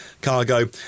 cargo